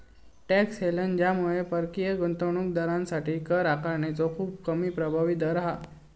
tax haven ज्यामध्ये परकीय गुंतवणूक दारांसाठी कर आकारणीचो खूप कमी प्रभावी दर हा